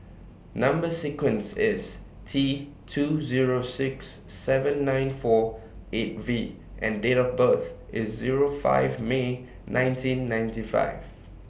Number sequence IS T two Zero six seven nine four eight V and Date of birth IS Zero five May nineteen ninety five